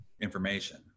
information